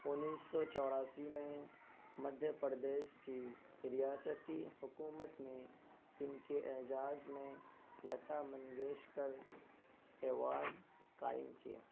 انیس سو چوراسی میں مدھیہ پردیش کی ریاستی حکومت نے ان کے اعجاز میں لتا منگیشکر ایوارڈ قائم کیا